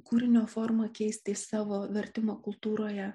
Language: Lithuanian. kūrinio formą keisti savo vertimo kultūroje